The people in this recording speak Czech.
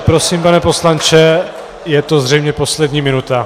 Prosím, pane poslanče, je to zřejmě poslední minuta.